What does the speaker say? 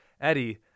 Eddie